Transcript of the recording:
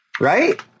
Right